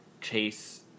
chase